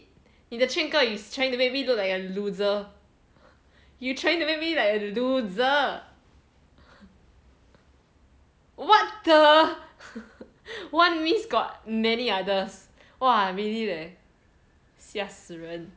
你的劝告 is trying to make me look like a loser you trying to make me like a loser what the one means got many others !wah! really leh 吓死人